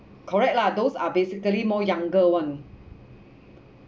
correct lah those are basically more younger one